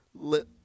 let